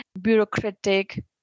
bureaucratic